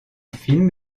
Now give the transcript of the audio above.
film